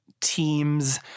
teams